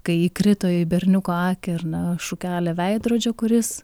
kai įkrito į berniuko akį ar na šukelė veidrodžio kuris